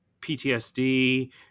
PTSD